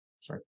sorry